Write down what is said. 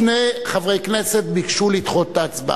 שני חברי כנסת ביקשו לדחות את ההצבעה: